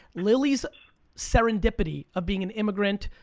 lily's serendipity of being an immigrant,